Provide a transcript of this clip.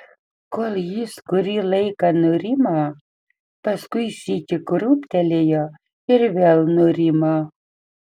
kol jis kurį laiką nurimo paskui sykį krūptelėjo ir vėl nurimo